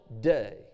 day